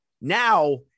Now